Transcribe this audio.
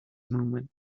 movement